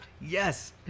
Yes